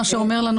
מה שאומר לנו